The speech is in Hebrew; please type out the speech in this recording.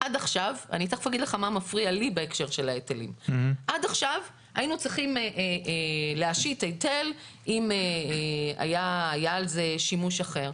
עד עכשיו היינו צריכים להשית היטל אם היה על זה שימוש אחר.